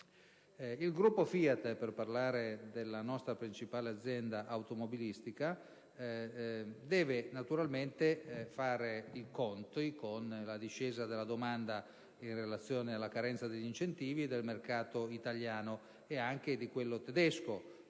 Il gruppo FIAT, per parlare della nostra principale azienda automobilistica, deve naturalmente fare i conti con la discesa della domanda, in relazione alla fine degli incentivi, del mercato italiano e anche di quello tedesco